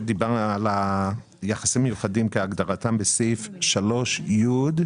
על יחסים מיוחדים כהגדרתם בסעיף 3(י).